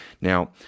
Now